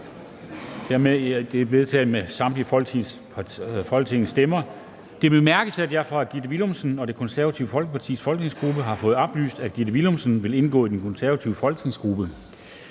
0, hverken for eller imod stemte 0]. Det bemærkes, at jeg af Gitte Willumsen og Det Konservative Folkepartis folketingsgruppe har fået oplyst, at Gitte Willumsen vil indgå i Det Konservative Folkepartis